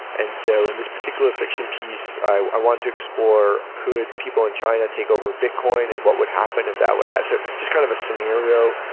and so in this particular fiction piece, i want to explore could people in china take over bitcoin and what would happen if that would so just kind of a scenario.